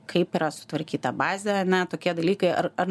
kaip yra sutvarkyta bazė ane tokie dalykai ar ar